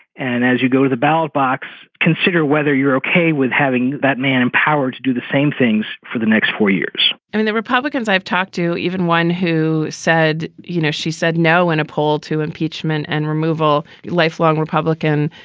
and as you go to the ballot box, consider whether you're ok with having that man in power to do the same things for the next four years i mean, the republicans i've talked to, even one who said, you know, she said no. and a poll to impeachment and removal, lifelong republican,